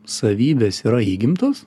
savybės yra įgimtos